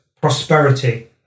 prosperity